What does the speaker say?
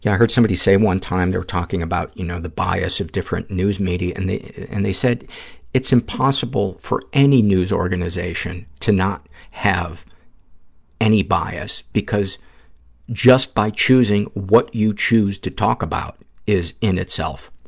yeah heard somebody say one time, they were talking about, you know, the bias of different news media, and and they said it's impossible for any news organization to not have any bias because just by choosing what you choose to talk about is in itself